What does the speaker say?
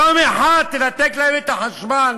יום אחד תנתק להם את החשמל,